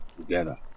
together